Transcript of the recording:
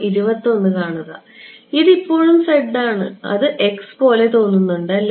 ഇതിപ്പോഴും z ആണ് അത് x പോലെ തോന്നുന്നുണ്ട് അല്ലേ